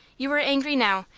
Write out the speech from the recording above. you are angry now,